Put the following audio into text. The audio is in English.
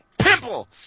pimple